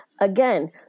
again